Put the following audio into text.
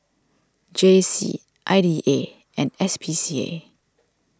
J C I D A and S P C A